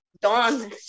Don